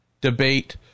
debate